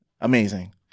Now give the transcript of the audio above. amazing